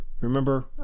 Remember